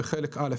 בחלק א',